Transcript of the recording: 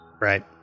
Right